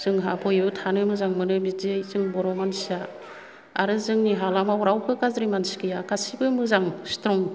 जोंहा बयबो थानो मोजां मोनो बिदियै जों बर' मानसिया आरो जोंनि हालामाव रावबो गाज्रि मानसि गैया गासिबो मोजां सिथ्रं